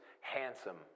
handsome